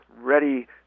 ready